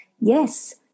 yes